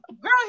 Girl